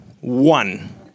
One